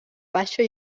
baixa